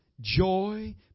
joy